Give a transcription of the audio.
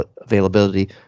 availability